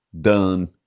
done